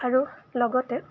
আৰু লগতে